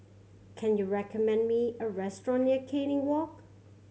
can you recommend me a restaurant near Canning Walk